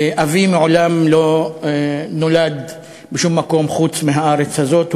אבי מעולם לא נולד בשום מקום חוץ מבארץ הזאת.